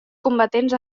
combatents